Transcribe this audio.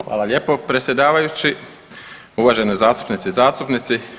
Hvala lijepo predsjedavajući, uvažene zastupnice i zastupnici.